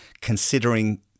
considering